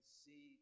see